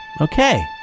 Okay